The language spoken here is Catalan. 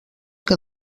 que